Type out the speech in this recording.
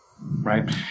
Right